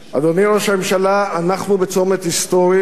אדוני ראש הממשלה, אנחנו בצומת היסטורי.